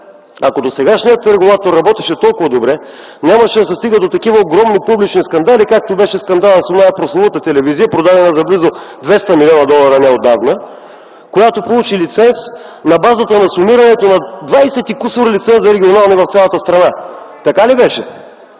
ако досегашният регулатор работеше толкова добре, нямаше да се стига до такива огромни публични скандали, както беше скандалът с онази прословута телевизия, продадена за близо 200 млн. долара неотдавна, която получи лиценз на базата на сумирането на двадесет и кусур регионални лиценза в цялата страна. Така ли беше?